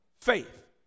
faith